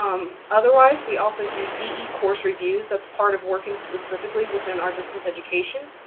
um otherwise, we also do de course reviews. that's part of working specifically within our distance education.